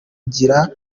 gira